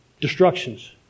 destructions